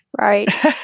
right